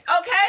Okay